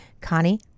Connie